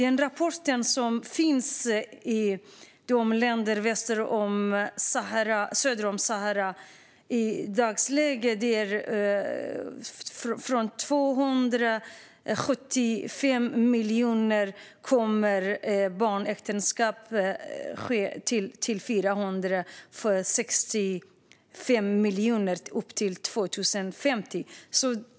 I rapporten om länderna söder om Sahara, där barnäktenskap är vanligt, står det att antalet flickor i Afrika kommer att öka från 275 miljoner till 465 miljoner fram till 2050.